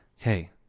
Okay